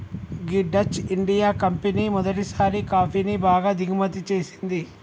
గీ Dutch India company మొదటిసారి కాఫీని బాగా దిగుమతి చేసింది